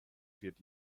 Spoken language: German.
wird